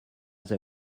they